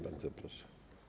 Bardzo proszę.